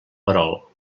perol